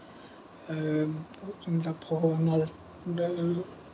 যোনবিলাক ভগৱানৰ